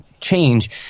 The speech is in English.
change